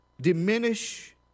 diminish